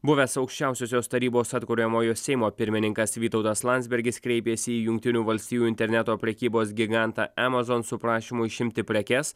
buvęs aukščiausiosios tarybos atkuriamojo seimo pirmininkas vytautas landsbergis kreipėsi į jungtinių valstijų interneto prekybos gigantą amazon su prašymu išimti prekes